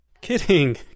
Kidding